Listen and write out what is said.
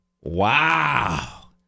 Wow